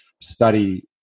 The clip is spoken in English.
study